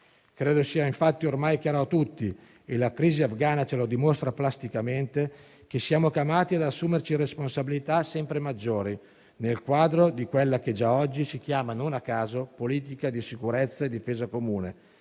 Credo sia infatti ormai chiaro a tutti - la crisi afghana ce lo dimostra plasticamente - che siamo chiamati ad assumerci responsabilità sempre maggiori, nel quadro di quella che già oggi si chiama, non a caso, politica di sicurezza e difesa comune